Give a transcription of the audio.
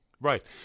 Right